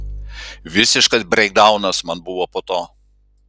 visiškas breikdaunas man buvo po to